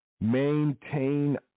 maintain